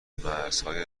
مرزهای